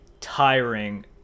tiring